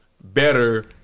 better